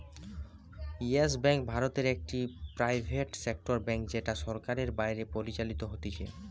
yes bank ভারতে একটি private sector bank যেটা সরকারের বাইরে পরিচালিত হতিছে